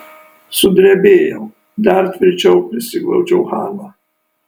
sudrebėjau dar tvirčiau prisiglaudžiau haną